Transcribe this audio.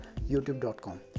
youtube.com